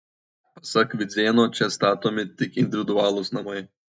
pasak vidzėno čia statomi tik individualūs namai